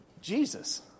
Jesus